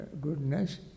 goodness